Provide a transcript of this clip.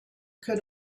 could